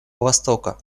востока